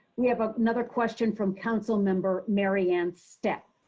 we have ah another question from council member mary ann stepps.